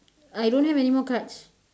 I don't have anymore cards